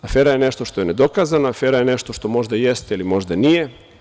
Afera je nešto što je nedokazano, afera je nešto što možda jeste ili možda nije.